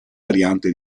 variante